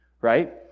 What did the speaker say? right